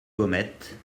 baumettes